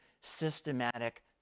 systematic